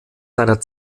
seiner